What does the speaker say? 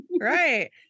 right